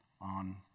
on